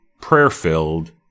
prayer-filled